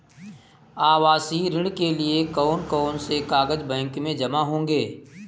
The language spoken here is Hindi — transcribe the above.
आवासीय ऋण के लिए कौन कौन से कागज बैंक में जमा होंगे?